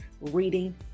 reading